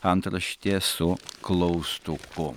antraštė su klaustuku